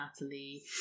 Natalie